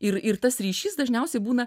ir ir tas ryšys dažniausiai būna